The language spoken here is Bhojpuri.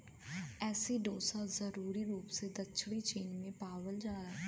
एसिडोसा जरूरी रूप से दक्षिणी चीन में पावल जाला